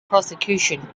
prosecution